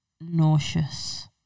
nauseous